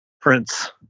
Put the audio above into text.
Prince